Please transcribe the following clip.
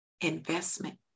investment